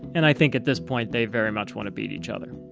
and i think at this point they very much want to beat each other.